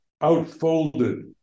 outfolded